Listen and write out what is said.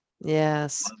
yes